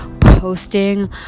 posting